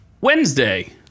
Wednesday